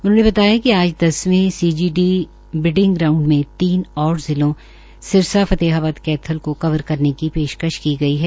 उन्होंने बताया कि आज दसवें सीजीडी बिडिंग राउंड मे तीन और जिलों सिरसा फतेहाबाद कैथल को कवर करने की पेशकश की गई है